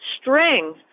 string